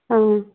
हां